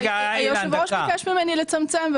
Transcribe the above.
היושב-ראש ביקש ממני לצמצם.